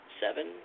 seven